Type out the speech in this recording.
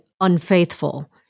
unfaithful